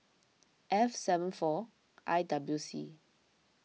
F seven four I W C